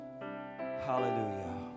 Hallelujah